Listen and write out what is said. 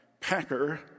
Packer